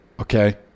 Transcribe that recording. Okay